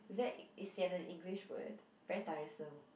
is that is sian an English word very tiresome